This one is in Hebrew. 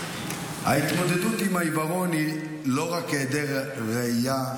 --- ההתמודדות עם העיוורון היא לא רק היעדר ראייה.